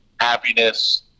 happiness